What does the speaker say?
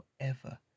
forever